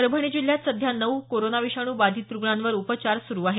परभणी जिल्ह्यात सध्या नऊ कोरोना विषाणू बाधित रुग्णांवर उपचार सुरु आहेत